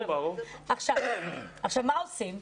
מה עושים?